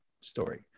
story